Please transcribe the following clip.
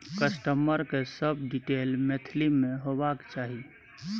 customer के सब detail Maithili में होबाक चाही